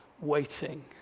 waiting